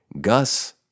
Gus